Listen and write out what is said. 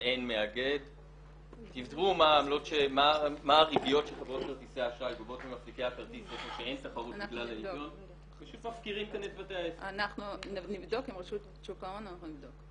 בצד אגודל ובימים אלה ממש עובדים על חוק אכיפה חלופית שאמור לפתור את זה